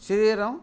శరీరం